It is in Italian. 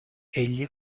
egli